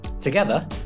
Together